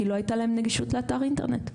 כי לא הייתה להם נגישות לאתר אינטרנט.